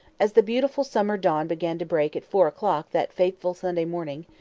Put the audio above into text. as the beautiful summer dawn began to break at four o'clock that fateful sunday morning,